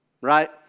right